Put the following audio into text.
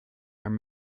their